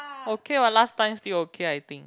okay what last time still okay I think